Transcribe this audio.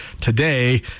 today